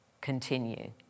continue